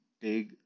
big